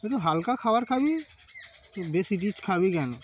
একটু হালকা খাবার খাবি তো বেশি রিচ খাবি কেন